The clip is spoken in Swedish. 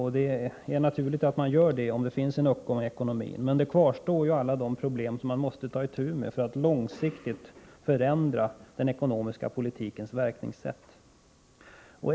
Det är naturligt att man gör det, när det finns en uppgång i ekonomin. Men då kvarstår alla de problem som man måste ta itu med för att långsiktigt förändra den ekonomiska politikens verkningssätt.